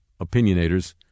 opinionators